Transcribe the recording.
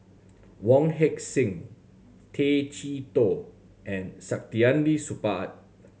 Wong Heck Sing Tay Chee Toh and Saktiandi Supaat